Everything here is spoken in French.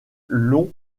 long